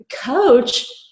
coach